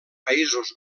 països